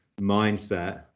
mindset